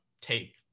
take